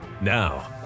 Now